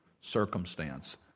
circumstance